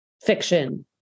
Fiction